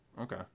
Okay